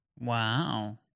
Wow